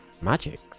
magic